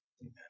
amen